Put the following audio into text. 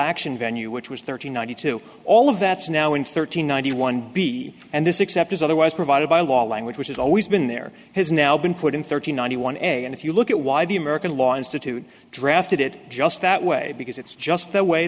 action venue which was thirty nine hundred two all of that's now in thirteen ninety one b and this except as otherwise provided by law language which has always been there has now been put in thirty nine t one egg and if you look at why the american law institute drafted it just that way because it's just the way